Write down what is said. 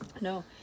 No